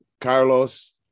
Carlos